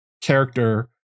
character